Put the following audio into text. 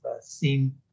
seen